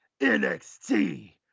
NXT